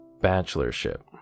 bachelorship